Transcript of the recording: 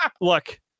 look